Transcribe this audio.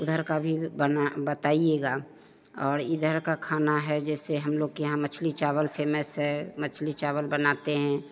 उधर का भी बना बताइएगा और इधर का खाना है जैसे हमलोग के यहाँ मछली चावल फ़ेमस है मछली चावल बनाते हैं